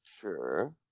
Sure